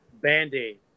Band-Aid